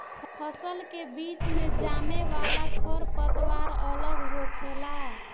फसल के बीच मे जामे वाला खर पतवार अलग होखेला